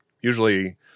usually